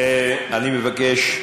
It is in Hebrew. אני מבקש.